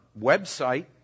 website